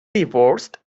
divorced